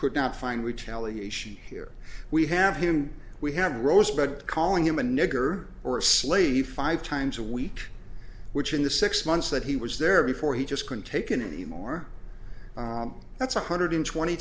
could not find retaliation here we have him we have a rose bed calling him a nigger or a slave five times a week which in the six months that he was there before he just couldn't take it anymore that's one hundred twenty